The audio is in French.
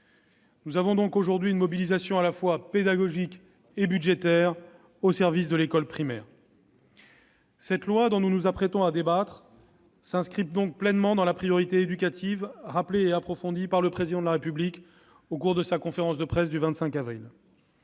Il s'agit donc aujourd'hui d'une mobilisation à la fois pédagogique et budgétaire au service de l'école primaire. Le projet de loi dont nous nous apprêtons à débattre s'inscrit donc pleinement dans la priorité éducative rappelée et approfondie par le Président de la République au cours de sa conférence de presse du 25 avril